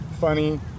Funny